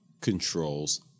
controls